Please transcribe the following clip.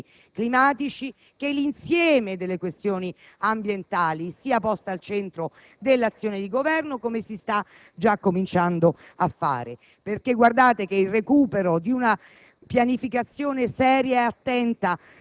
adeguata per contrastare i cambiamenti climatici, occorre che l'insieme delle questioni ambientali sia posto al centro dell'azione di Governo, come si sta già cominciando a fare. Infatti, il recupero di una